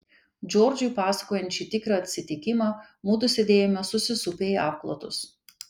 džordžui pasakojant šį tikrą atsitikimą mudu sėdėjome susisupę į apklotus